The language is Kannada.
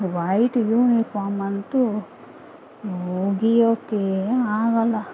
ವಯ್ಟ್ ಯೂನಿಫಾರ್ಮ್ ಅಂತೂ ಒಗಿಯೋಕ್ಕೆ ಆಗೋಲ್ಲ